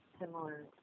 similar